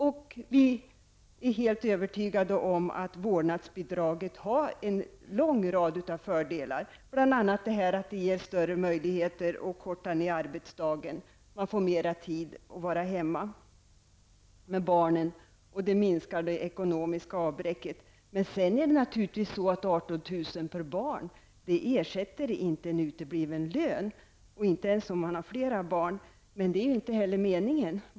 Vi är helt övertygade om att vårdnadsbidraget har en lång rad fördelar, bl.a. att det ger större möjligheter att korta ner arbetsdagen. Vi får mera tid att vara hemma med barnen, och man minskar också det ekonomiska avbräcket. Men 18 000 kr. per barn ersätter naturligtvis inte en utebliven lön, inte ens om man har flera barn. Det är inte heller meningen.